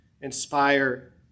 inspire